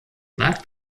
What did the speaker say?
lag